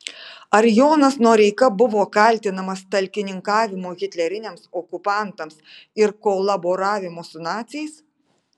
ar jonas noreika buvo kaltinamas talkininkavimu hitleriniams okupantams ir kolaboravimu su naciais